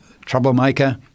troublemaker